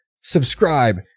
Subscribe